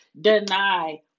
deny